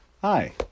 Hi